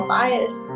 bias